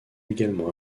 également